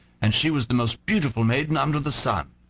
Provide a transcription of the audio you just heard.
and she was the most beautiful maiden under the sun.